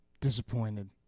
disappointed